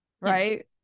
right